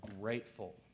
grateful